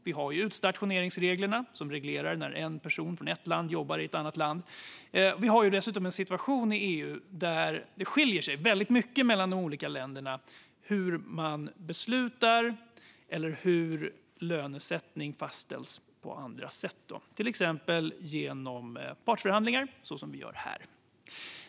Vi har utstationeringsreglerna som reglerar när en person från ett land jobbar i ett annat land. Vi har dessutom en situation i EU där det skiljer sig väldigt mycket mellan de olika länderna när det gäller hur man beslutar eller hur lönesättning fastställs på andra sätt, till exempel genom partsförhandlingar som vi gör här.